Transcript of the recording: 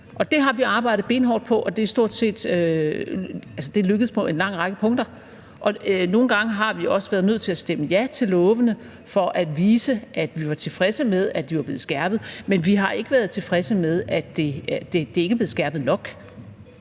Det har vi arbejdet benhårdt på, og det er stort set lykkedes på en lang række punkter. Nogle gange har vi også været nødt til at stemme ja til lovforslagene for at vise, at vi var tilfredse med, at de var blevet skærpet, men vi har ikke været tilfredse med, at det ikke er blevet skærpet nok.